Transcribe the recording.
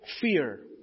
fear